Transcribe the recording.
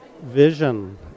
vision